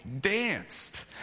danced